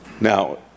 Now